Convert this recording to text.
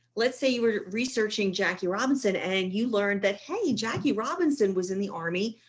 let's say you were researching jackie robinson and you learn that, hey, jackie robinson was in the army.